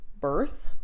birth